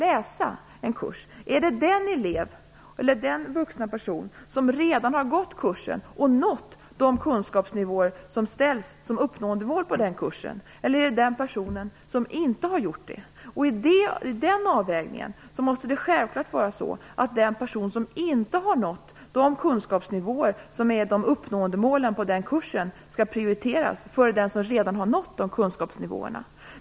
Är det den elev, eller den vuxna person, som redan har gått kursen och nått de kunskapsnivåer som ställs som uppnåendemål för den kursen, eller är det den person som inte har gjort det? I den avvägningen måste det självklart vara så att den person som inte har nått de kunskapsnivåer som är uppnåendemål på den kursen skall prioriteras före den som redan har nått de kunskapsnivåerna.